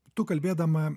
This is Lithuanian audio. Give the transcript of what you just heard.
tu kalbėdama